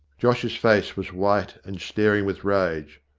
josh's face was white and staring with rage.